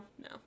No